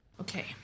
okay